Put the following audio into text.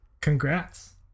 Congrats